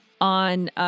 on